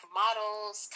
models